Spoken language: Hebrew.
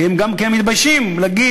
כי הם מתביישים להגיד.